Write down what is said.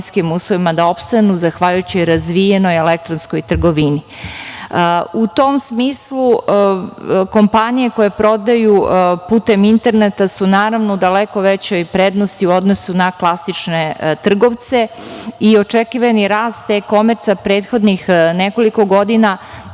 da opstanu zahvaljujući razvijenoj elektronskoj trgovini. U tom smislu, kompanije koje prodaju putem interneta su naravno u daleko većoj prednosti u odnosu na klasične trgovce i očekivani rast E-komerca prethodnih nekoliko godina